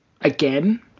again